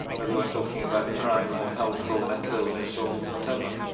whether we are talking about crime or health or mental illness or whatever.